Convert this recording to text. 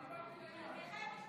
אבל דיברתי לעניין.